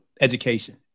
education